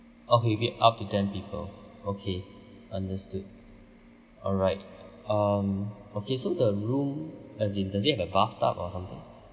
okay okay up to ten people okay understood alright um okay so the room does it does it have a bathtub or something